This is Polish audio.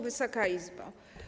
Wysoka Izbo!